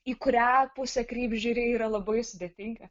į kurią pusę kryps žiuri yra labai sudėtinga